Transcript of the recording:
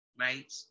right